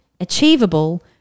achievable